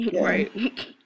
Right